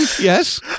Yes